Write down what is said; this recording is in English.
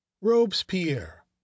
robespierre